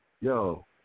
Yo